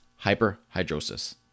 hyperhidrosis